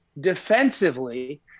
defensively